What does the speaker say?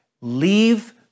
Leave